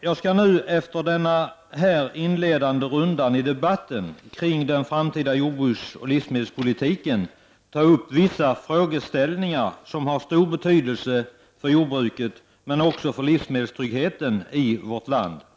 Jag skall nu efter den inledande rundan i debatten kring den framtida jordbruksoch livsmedelspolitiken ta upp vissa frågor som har stor betydelse framöver för jordbruket, men också för livsmedelstryggheten i vårt land.